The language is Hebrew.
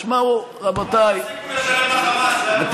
תשמעו, רבותיי, תפסיקו לשלם לחמאס, זה הכול.